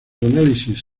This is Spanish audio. análisis